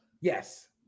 Yes